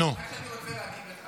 מה שאני רוצה להגיד לך,